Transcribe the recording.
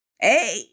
Hey